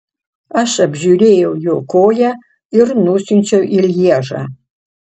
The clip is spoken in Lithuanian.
aš apžiūrėjau jo koją ir nusiunčiau į lježą